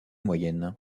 moyenne